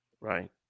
Right